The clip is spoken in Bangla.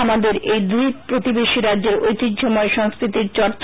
আমাদের এই দু ই প্রতিবেশী রাজ্যের ঐতিহ্যময় সংক্ষির চর্চ